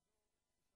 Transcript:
זו יש